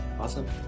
Awesome